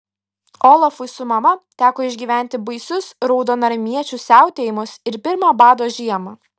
olafui su mama teko išgyventi baisius raudonarmiečių siautėjimus ir pirmą bado žiemą